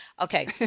Okay